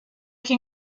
can